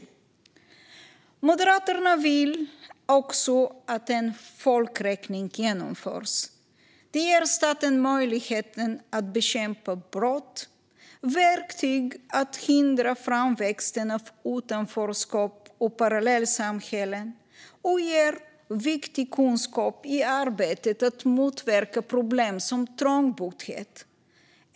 Moderaterna vill också att en folkräkning genomförs. Det ger staten möjlighet att bekämpa brott och verktyg för att hindra framväxten av utanförskap och parallellsamhällen, och det ger viktig kunskap i arbetet med att motverka problem som trångboddhet.